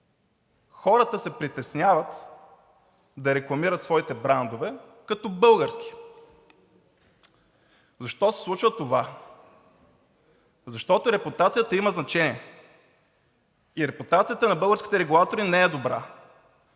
Хората се притесняват да рекламират своите брандове като български. Защо се случва това? Защото репутацията има значение и репутацията на българските регулатори не е добра,